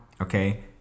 okay